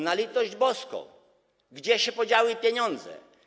Na litość boską, gdzie się podziały pieniądze?